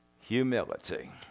humility